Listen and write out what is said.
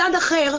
מצד אחר,